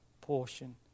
portion